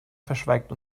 verschweigt